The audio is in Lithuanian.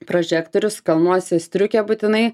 prožektorius kalnuose striukė būtinai